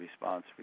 response